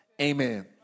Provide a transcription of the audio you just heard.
amen